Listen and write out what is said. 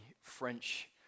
French